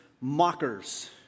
mockers